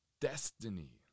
destiny